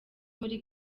muri